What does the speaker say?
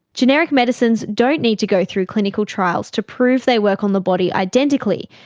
generic medicines don't need to go through clinical trials to prove they work on the body identically,